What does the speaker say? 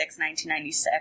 1996